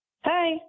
Hi